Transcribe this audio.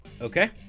Okay